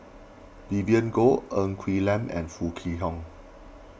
Vivien Goh Ng Quee Lam and Foo Kwee Horng